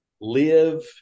live